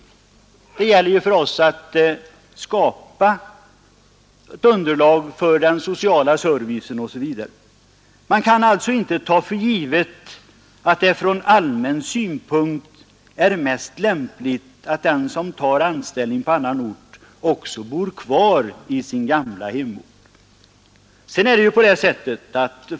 Det gäller ju för oss att skapa ett underlag för den sociala servicen osv. Man kan alltså inte anse för givet att det från allmän synpunkt är mest lämpligt att den som tar anställning på annan ort också bor kvar i sin gamla hemort.